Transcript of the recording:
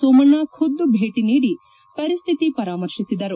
ಸೋಮಣ್ಣ ಖುದ್ದು ಭೇಟನೀಡಿ ಪರಿಸ್ಟಿತಿ ಪರಾಮರ್ಶಿಸಿದರು